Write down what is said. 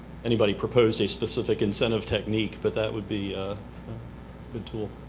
anybody proposed a specific incentive technique, but that would be a good tool.